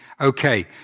Okay